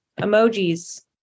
emojis